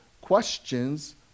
questions